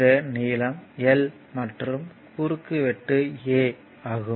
இந்த நீளம் L மற்றும் குறுக்கு வெட்டு பகுதி A ஆகும்